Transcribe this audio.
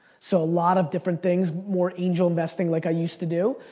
so a lot of different things, more angel investing like i used to do.